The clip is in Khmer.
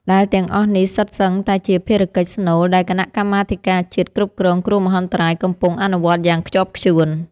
ដែលទាំងអស់នេះសុទ្ធសឹងតែជាភារកិច្ចស្នូលដែលគណៈកម្មាធិការជាតិគ្រប់គ្រងគ្រោះមហន្តរាយកំពុងអនុវត្តយ៉ាងខ្ជាប់ខ្ជួន។